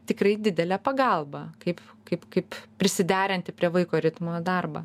tikrai didelė pagalba kaip kaip kaip prisiderinti prie vaiko ritmo darbą